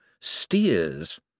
steers